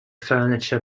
furniture